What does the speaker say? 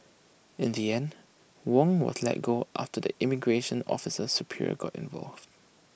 in the end Wong was let go after the immigration officer's superior got involved